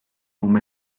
ume